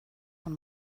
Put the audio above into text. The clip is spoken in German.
von